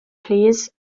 plîs